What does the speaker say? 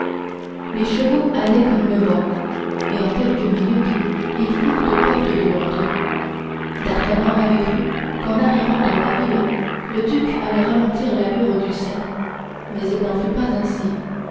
les chevaux allaient comme le vent et en quelques minutes ils furent aux portes de londres d'artagnan avait cru qu'en arrivant dans la ville le duc allait ralentir l'allure du sien mais il n'en fut pas ainsi